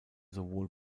sowohl